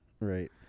Right